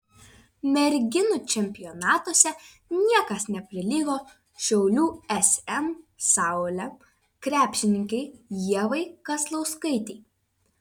merginų čempionatuose niekas neprilygo šiaulių sm saulė krepšininkei ievai kazlauskaitei